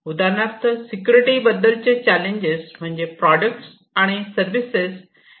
उदाहरणार्थ सिक्युरिटी बद्दलचे चॅलेंजेस म्हणजे प्रॉडक्ट्स् आणि सर्विसेस यांचे सिक्युरिटी करणे